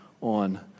on